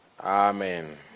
Amen